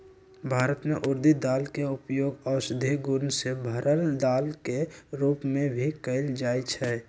भारत में उर्दी के दाल के उपयोग औषधि गुण से भरल दाल के रूप में भी कएल जाई छई